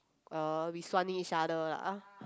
uh we suaning each other lah